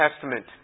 Testament